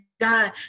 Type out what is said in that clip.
God